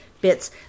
bits